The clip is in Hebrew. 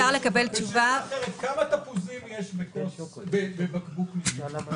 כמה תפוזים יש בבקבוק שתייה?